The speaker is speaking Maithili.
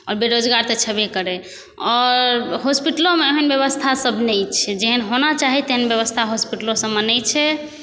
आओर बेरोजगार तऽ छेबे करै आओर हॉस्पिटलोमे ओहन बेबस्था सब नहि छै जेहन होना चाही तेहन बेबस्था हॉस्पिटलो सबमे नहि छै